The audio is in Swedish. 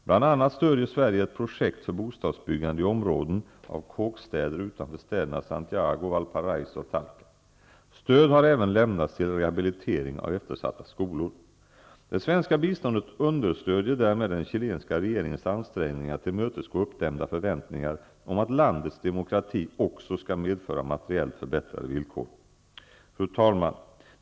Bl.a. stöder Sverige ett projekt för bostadsbyggande i områden av kåkstäder utanför städerna Santiago, Valparaiso och Talca. Stöd har även lämnats till rehabilitering av eftersatta skolor. Det svenska biståndet understöder därmed den chilenska regeringens ansträngningar att tillmötesgå uppdämda förväntningar om att landets demokrati också skall medföra materiellt förbättrade villkor. Fru talman!